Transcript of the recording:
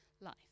life